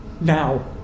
now